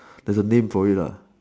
there's a name for it lah